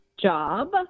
job